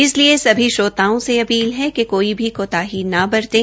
इसलिए सभी श्रोताओं से अपील है कि कोई भी कोताही न बरतें